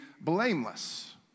blameless